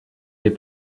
les